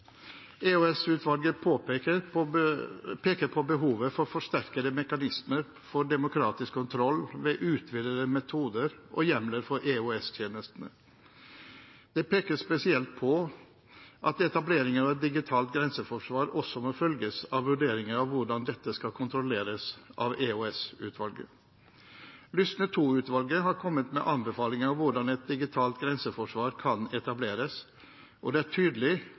peker på behovet for forsterkede mekanismer for demokratisk kontroll ved utvidede metoder og hjemler for EOS-tjenestene. Det pekes spesielt på at etablering av et digitalt grenseforsvar også må følges av vurderinger av hvordan dette skal kontrolleres av EOS-utvalget. Lysne II-utvalget har kommet med anbefalinger om hvordan et digitalt grenseforsvar kan etableres, og det er tydelig